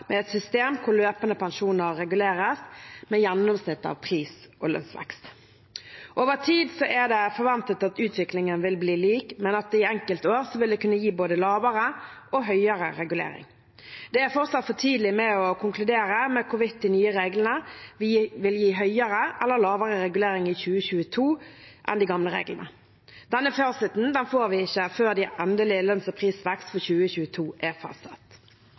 med lønnsvekst fratrukket et fast fradrag, med et system hvor løpende pensjoner reguleres med gjennomsnittet av pris- og lønnsvekst. Over tid er det forventet at utviklingen vil bli lik, men i enkeltår vil det kunne gi både lavere og høyere regulering. Det er fortsatt for tidlig å konkludere med hvorvidt de nye reglene vil gi høyere eller lavere regulering i 2022 enn de gamle reglene. Denne fasiten får vi ikke før endelig lønns- og prisvekst for 2022 er fastsatt.